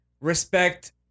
respect